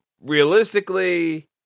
Realistically